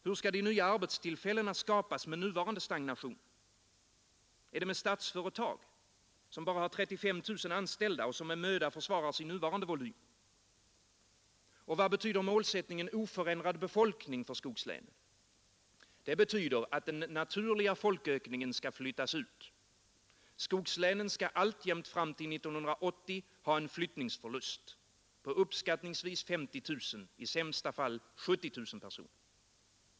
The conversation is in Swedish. Hur skall de nya arbetstillfällena skapas med nuvarande stagnation? Är det med Statsföretag, som bara har 35 000 anställda och som med möda försvarar sin nuvarande volym? Och vad betyder målsättningen oförändrad befolkning för skogslänen? Den betyder att den naturliga folkökningen skall flyttas ut. Skogslänen skall alltjämt fram till 1980 ha en flyttningsförlust — på uppskattningsvis 50 000, i sämsta fall 70 000 personer.